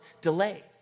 delay